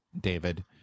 David